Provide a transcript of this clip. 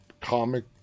comic